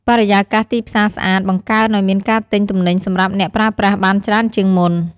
បរិយាកាសទីផ្សារស្អាត បង្កើនឲ្យមានការទិញទំនិញសម្រាប់អ្នកប្រើប្រាស់បានច្រើនជាងមុន។